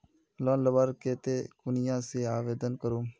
Loan लुबार केते कुनियाँ से आवेदन करूम?